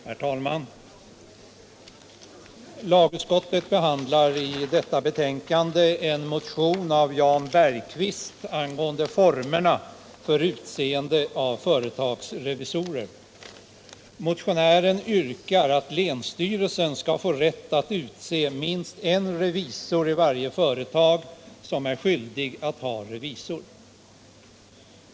Herr talman! Lagutskottet behandlar i detta betänkande en motion av Jan Bergqvist angående formerna för utseende av företagsrevisorer. Motionären yrkar att länsstyrelsen skall få rätt att utse minst en revisor i företag som är skyldigt att ha revisor.